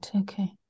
Okay